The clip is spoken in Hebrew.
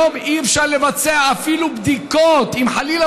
היום אי-אפשר לבצע אפילו בדיקות: אם חלילה